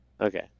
Okay